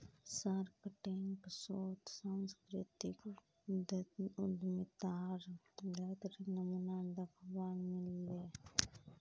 Shark Tank शोत सांस्कृतिक उद्यमितार बेहतरीन नमूना दखवा मिल ले